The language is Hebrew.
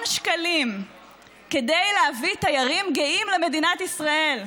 שקלים כדי להביא תיירים גאים למדינת ישראל.